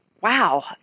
wow